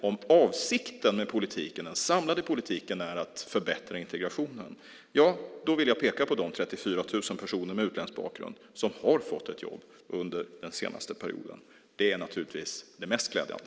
Om avsikten med den samlade politiken är att förbättra integrationen vill jag peka på de 34 000 personer med utländsk bakgrund som har fått ett jobb under den senaste perioden. Det är naturligtvis det mest glädjande.